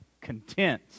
content